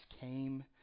came